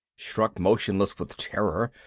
struck motionless with terror,